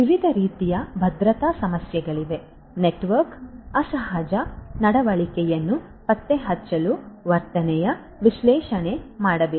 ವಿವಿಧ ರೀತಿಯ ಭದ್ರತಾ ಸಮಸ್ಯೆಗಳಿವೆ ನೆಟ್ವರ್ಕ್ನಿಂದ ಅಸಹಜ ನಡವಳಿಕೆಯನ್ನು ಪತ್ತೆಹಚ್ಚಲು ವರ್ತನೆಯ ವಿಶ್ಲೇಷಣೆ ಮಾಡಬೇಕು